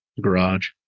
garage